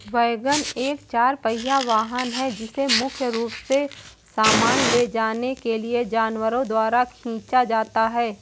wagon एक चार पहिया वाहन है जिसे मुख्य रूप से सामान ले जाने के लिए जानवरों द्वारा खींचा जाता है